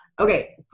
Okay